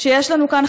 שיש לנו כאן,